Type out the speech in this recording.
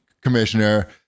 commissioner